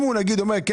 אם הוא אומר שכן,